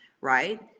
right